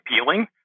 appealing